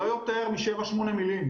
לא יותר מ-8-7 מילים,